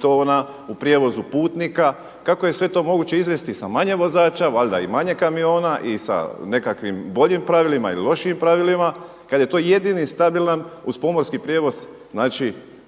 tona u prijevozu putnika, kako je sve to moguće izvesti sa manje vozača, valjda i manje kamiona i sa nekakvim boljim pravilima ili lošijim pravilima kada je to jedini stabilan uz pomorski prijevoz vrsta